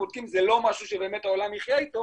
בודקים זה לא משהו שבאמת העולם יחיה אתו